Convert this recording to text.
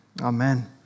Amen